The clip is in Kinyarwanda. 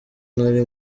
nari